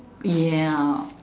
ya